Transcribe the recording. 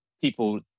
people